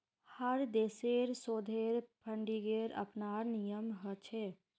हर देशेर शोधेर फंडिंगेर अपनार नियम ह छे